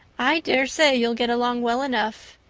i dare say you'll get along well enough.